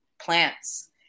plants